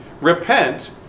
Repent